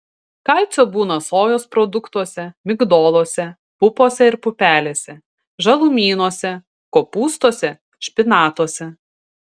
kalcio būna sojos produktuose migdoluose pupose ir pupelėse žalumynuose kopūstuose špinatuose